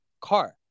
car